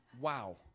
Wow